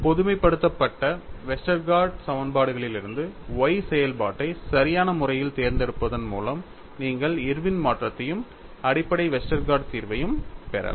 பொதுமைப்படுத்தப்பட்ட வெஸ்டர்கார்ட் சமன்பாடுகளிலிருந்து Y செயல்பாட்டை சரியான முறையில் தேர்ந்தெடுப்பதன் மூலம் நீங்கள் இர்வின் மாற்றத்தையும் அடிப்படை வெஸ்டர்கார்ட் தீர்வையும் பெறலாம்